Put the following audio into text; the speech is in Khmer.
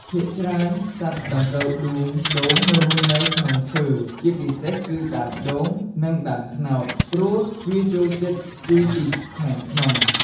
ភាគច្រើន សត្វដង្កូវដួងដូងរស់នៅក្នុងឈើ ជាពិសេសគឺ ដើមដូង និងដើមត្នោត ព្រោះវាចូលចិត្តស៊ីពីខាងក្នុង ។